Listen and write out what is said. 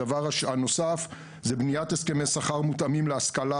הדבר הנוסף הוא בניית הסכמי שכר מותאמים להשכלה,